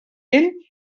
ell